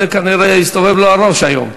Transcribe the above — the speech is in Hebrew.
זה, כנראה הסתובב לו הראש היום.